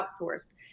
outsource